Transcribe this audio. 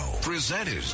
presented